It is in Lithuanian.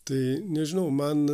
tai nežinau man